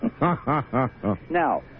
Now